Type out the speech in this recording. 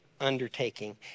undertaking